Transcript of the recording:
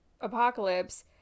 apocalypse